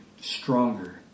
stronger